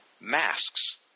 masks